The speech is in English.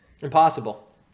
Impossible